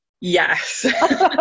Yes